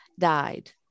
died